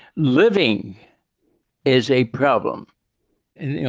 living is a problem and, you